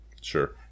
Sure